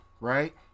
right